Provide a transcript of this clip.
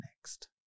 next